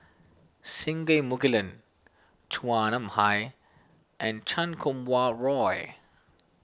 Singai Mukilan Chua Nam Hai and Chan Kum Wah Roy